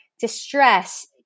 distress